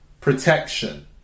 Protection